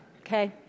okay